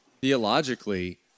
theologically